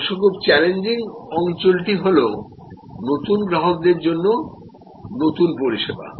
অবশ্যই খুব চ্যালেঞ্জিং অঞ্চলটি হল নতুন গ্রাহকদের জন্য নতুন পরিষেবা